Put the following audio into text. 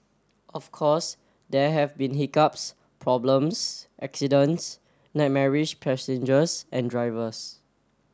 of course there have been hiccups problems accidents nightmarish passengers and drivers